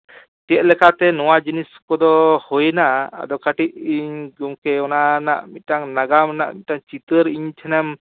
ᱪᱮᱫᱞᱮᱠᱟᱛᱮ ᱱᱚᱣᱟ ᱡᱤᱱᱤᱥ ᱠᱚᱫᱚ ᱦᱩᱭᱮᱱᱟ ᱟᱫᱚ ᱠᱟᱹᱴᱤᱡ ᱤᱧ ᱜᱚᱝᱠᱮ ᱚᱱᱟ ᱨᱮᱱᱟᱜ ᱢᱤᱫᱴᱟᱝ ᱱᱟᱜᱟᱢ ᱨᱮᱱᱟᱜ ᱢᱤᱫᱴᱟᱝ ᱪᱤᱛᱟᱹᱨ ᱤᱧ ᱴᱷᱮᱱᱮᱢ